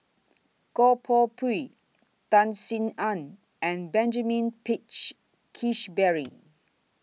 Goh Koh Pui Tan Sin Aun and Benjamin Peach Keasberry